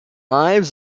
ives